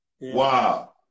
Wow